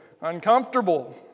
uncomfortable